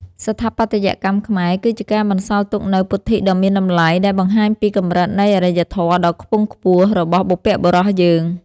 ស្ថាបត្យកម្មខ្មែរគឺជាការបន្សល់ទុកនូវពុទ្ធិដ៏មានតម្លៃដែលបង្ហាញពីកម្រិតនៃអារ្យធម៌ដ៏ខ្ពង់ខ្ពស់របស់បុព្វបុរសយើង។